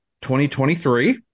2023